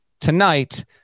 tonight